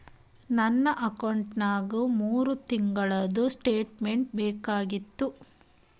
ನನ್ನ ಅಕೌಂಟ್ದು ಮೂರು ತಿಂಗಳದು ಸ್ಟೇಟ್ಮೆಂಟ್ ಬೇಕಾಗಿತ್ತು?